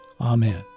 Amen